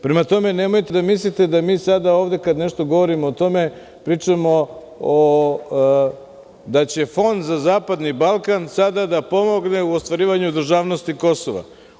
Prema tome, nemojte da mislite da mi sada ovde kada nešto govorimo o tome pričamo da će Fond za zapadni Balkan sada da pomogne u ostvarivanju državnosti Kosova.